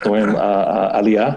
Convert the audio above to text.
רואים עלייה.